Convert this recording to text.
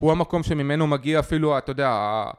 הוא המקום שממנו מגיע אפילו, אתה יודע...